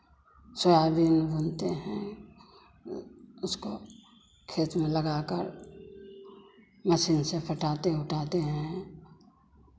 soybean बुनते हैं उसको खेत में लगाकर मशीन से पटाते उटाते हैं